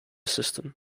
system